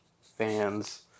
fans